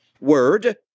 word